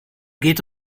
geht